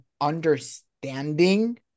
understanding